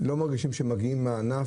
מרגישים שהם לא מגיעים מהענף,